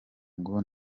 ngo